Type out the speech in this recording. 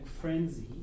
frenzy